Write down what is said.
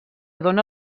dóna